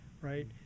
right